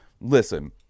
listen